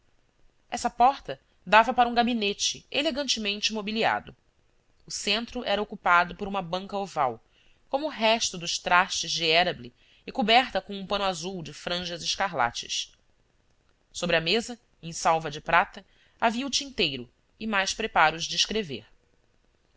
essa porta dava para um gabinete elegantemente mobiliado o centro era ocupado por uma banca oval como o resto dos trastes de érable e coberta com um pano azul de franjas escarlates sobre a mesa em salva de prata havia o tinteiro e mais preparos de escrever